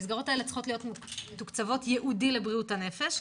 המסגרות האלה צריכות להיות מתוקצבות ייעודי לבריאות הנפש.